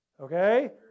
Okay